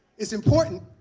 it's important.